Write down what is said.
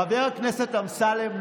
חבר הכנסת אמסלם,